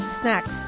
Snacks